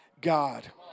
God